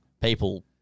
People